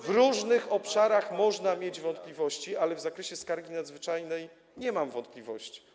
W różnych obszarach można mieć wątpliwości, ale w zakresie skargi nadzwyczajnej nie mam wątpliwości.